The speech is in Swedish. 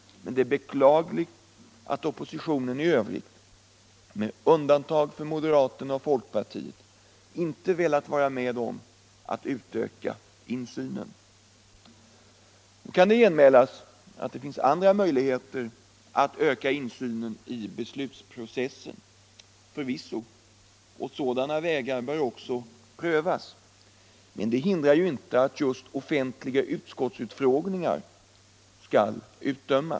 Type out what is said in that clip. Men det är beklagligt att oppositionen i övrigt, med undantag för moderaterna och folkpartisterna, inte har velat vara med om att öka insynen. Nu kan det genmälas att det finns andra vägar att öka insynen i beslutsprocessen. Förvisso. Och de vägarna bör också prövas. Men det behöver ju inte innebära att offentliga utskottsutfrågningar döms ut.